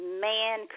man